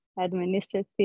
administrative